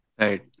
Right